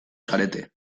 zarete